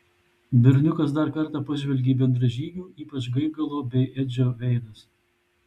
berniukas dar kartą pažvelgė į bendražygių ypač gaigalo bei edžio veidus